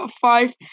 five